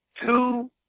two